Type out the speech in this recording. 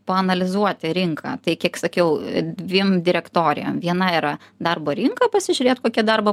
paanalizuoti rinką tai kiek sakiau dviem direktorijom viena yra darbo rinką pasižiūrėt kokia darbo